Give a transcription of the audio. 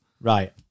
Right